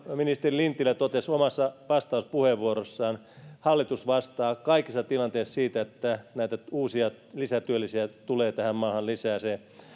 ministeri lintilä totesi omassa vastauspuheenvuorossaan niin hallitus vastaa kaikissa tilanteissa siitä että näitä uusia lisätyöllisiä tulee tähän maahan lisää se